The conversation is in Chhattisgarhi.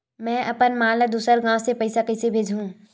में अपन मा ला दुसर गांव से पईसा कइसे भेजहु?